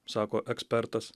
sako ekspertas